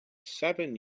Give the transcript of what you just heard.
seven